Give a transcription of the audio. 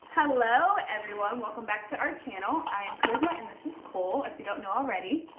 hello, everyone. welcome back to our channel. i am charisma and this is cole, if you don't know already.